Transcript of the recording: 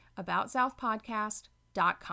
aboutsouthpodcast.com